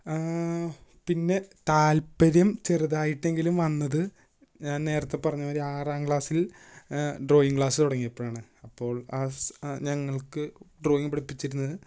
പിന്നെ താല്പര്യം ചെറുതായിട്ടെങ്കിലും വന്നത് ഞാന് നേരത്തെ പറഞ്ഞത് മാതിരി ആറാം ക്ലാസിൽ ഡ്രോയിങ് ക്ലാസ് തുടങ്ങിയപ്പോഴാണ് അപ്പോള് ആസ് ഞങ്ങള്ക്ക് ഡ്രോയിങ് പഠിപ്പിച്ചിരുന്നത്